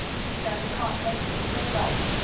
he turned the contents into a glass,